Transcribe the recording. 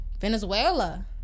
Venezuela